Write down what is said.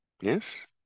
yes